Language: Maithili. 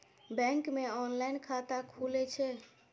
बैंक मे ऑनलाइन खाता खुले छै?